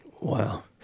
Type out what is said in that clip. well,